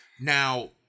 Now